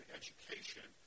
education